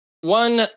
one